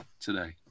today